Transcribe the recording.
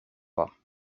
pas